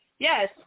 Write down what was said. Yes